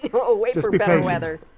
you know or wait for better weather.